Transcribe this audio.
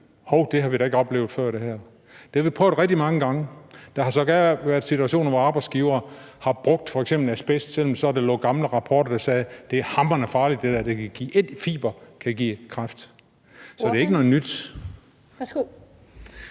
Hov, det her har vi da ikke oplevet før. Det har vi prøvet rigtig mange gange. Der har sågar været situationer, hvor arbejdsgivere har brugt f.eks. asbest, selv om der lå gamle rapporter, der sagde, at det er hamrende farligt, og at en enkelt fiber kan give kræft. Så det er ikke noget nyt.